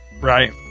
Right